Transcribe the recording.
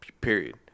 period